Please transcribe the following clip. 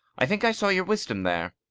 i think i saw your wisdom there.